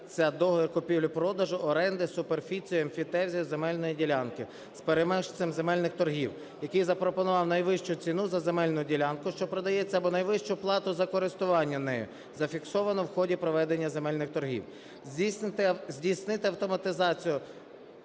договір купівлі-продажу, оренди, суперфіцію, емфітевзису земельної ділянки з переможцем земельних торгів, який запропонував найвищу ціну за земельну ділянку, що продається, або найвищу плату за користування нею, зафіксовану в ході проведення земельних торгів. Здійснити автоматизацію